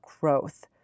growth